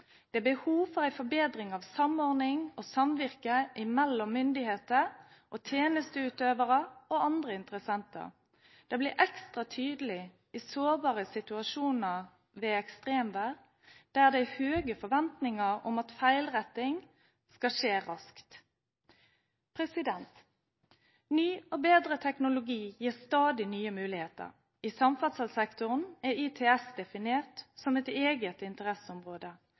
Det er behov for en forbedring av samordning og samvirke mellom myndigheter, tjenesteutøvere og andre interessenter. Det blir ekstra tydelig i sårbare situasjoner ved ekstremvær, der det er høye forventninger om at feilretting skal skje raskt. Ny og bedre teknologi gir stadig nye muligheter. I samferdselssektoren er ITS definert som et eget interesseområde,